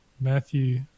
Matthew